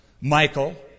Michael